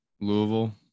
louisville